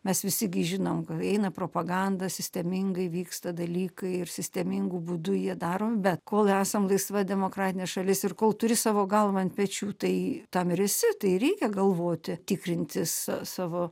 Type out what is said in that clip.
mes visi gi žinom kad eina propaganda sistemingai vyksta dalykai ir sistemingu būdu jie daromi bet kol esam laisva demokratinė šalis ir kol turi savo galvą ant pečių tai tam ir esi tai reikia galvoti tikrintis savo